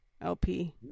LP